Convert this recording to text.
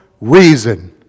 reason